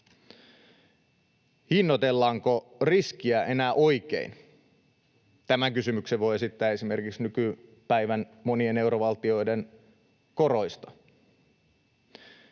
Hinnoitellaanko riskiä enää oikein? Tämän kysymyksen voi esittää esimerkiksi nykypäivän monien eurovaltioiden koroista.